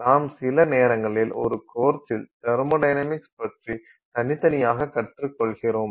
நாம் சில நேரங்களில் ஒரு கோர்ஸில் தெர்மொடைனமிக்ஸ் பற்றி தனித்தனியாக கற்றுக்கொள்கிறோம்